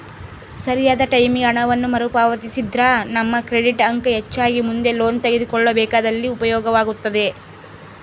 ಸರಿಯಾದ ಟೈಮಿಗೆ ಹಣವನ್ನು ಮರುಪಾವತಿಸಿದ್ರ ನಮ್ಮ ಕ್ರೆಡಿಟ್ ಅಂಕ ಹೆಚ್ಚಾಗಿ ಮುಂದೆ ಲೋನ್ ತೆಗೆದುಕೊಳ್ಳಬೇಕಾದಲ್ಲಿ ಉಪಯೋಗವಾಗುತ್ತದೆ